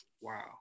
Wow